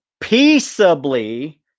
peaceably